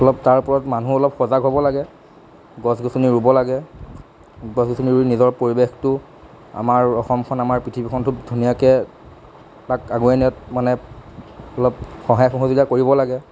অলপ তাৰ ওপৰত মানুহ অলপ সজাগ হ'ব লাগে গছ গছনি ৰুব লাগে গছ গছনি ৰুই নিজৰ পৰিৱেশটো আমাৰ অসমখন আমাৰ পৃথিৱীখন খুব ধুনীয়াকৈ তাক আগুৱাই নিয়াত মানে অলপ সহায় সহযোগিতা কৰিব লাগে